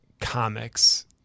comics